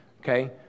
okay